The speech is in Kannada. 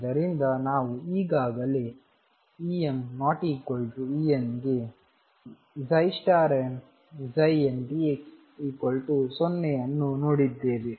ಆದ್ದರಿಂದ ನಾವು ಈಗಾಗಲೇ EmEn ಗೆ mndx0 ಅನ್ನು ನೋಡಿದ್ದೇವೆ